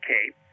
Cape